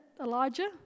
Elijah